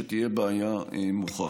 שתהיה בעיה מוכחת.